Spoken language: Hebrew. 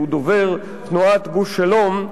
דובר תנועת "גוש שלום".